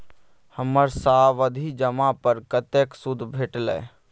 हमर सावधि जमा पर कतेक सूद भेटलै?